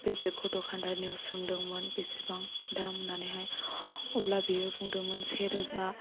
बे बेगखौ दखानदारनियाव सोंदोंमोन बेसेबां दाम होननानैहाय अब्ला बियो बुंदोंमोन से रोजा